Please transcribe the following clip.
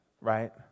right